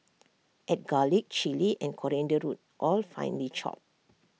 add garlic Chilli and coriander root all finely chopped